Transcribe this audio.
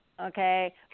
okay